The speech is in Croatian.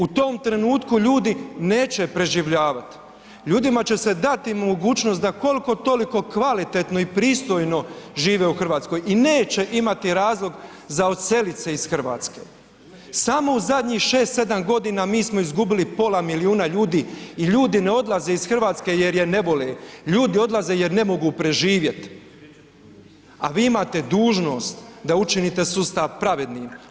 U tom trenutku ljudi neće preživljavat, ljudima će se dati mogućnost da koliko toliko kvalitetno i pristojno žive u RH i neće imati razlog za odselit se iz Hrvatske, samo u zadnjih 6-7 godina mi izgubili pola miliona ljudi i ljudi ne odlaze iz Hrvatske jer je ne vole, ljudi odlaze je ne mogu preživjet, a vi imate dužnost da učinite sustav pravednim.